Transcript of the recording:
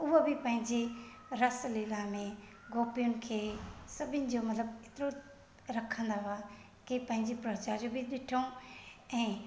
हूअ बि पंहिंजी रस लीला में गोपियुनि खे सभिनी जो मतिलबु एतिरो रखंदा हुआ की पंहिंजी प्रजा जो ॾिठो ऐं